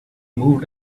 moved